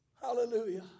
Hallelujah